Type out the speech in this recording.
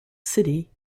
city